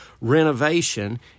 renovation